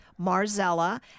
Marzella